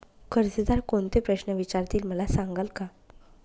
कर्जदार कोणते प्रश्न विचारतील, मला सांगाल का?